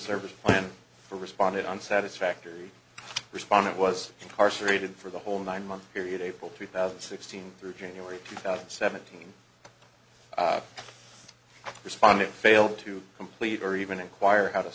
service plan for responded on satisfactory respondent was incarcerated for the whole nine month period able to thousand sixteen through january two thousand and seventeen responding failed to complete or even inquire how to